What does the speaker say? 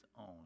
own